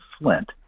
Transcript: flint